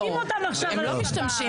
הם לא משתמשים,